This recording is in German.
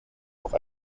auch